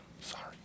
Sorry